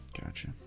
Gotcha